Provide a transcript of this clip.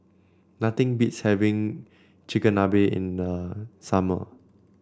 nothing beats having Chigenabe in the summer